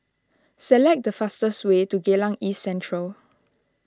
select the fastest way to Geylang East Central